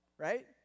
Right